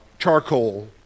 charcoal